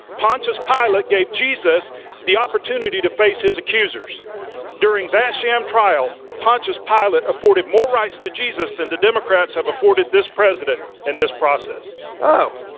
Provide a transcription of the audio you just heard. pontius pilot gave jesus the opportunity to face his accusers during that sham trial. pontius pilot afforded more rights to jesus than the democrats have afforded this president in this process oh,